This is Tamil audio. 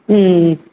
ம் ம் ம்